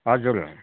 हजुर